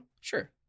Sure